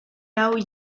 hau